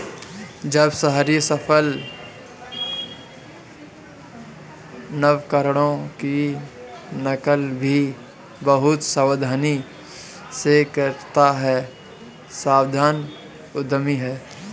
जब साहसी सफल नवकरणों की नकल भी बहुत सावधानी से करता है सावधान उद्यमी है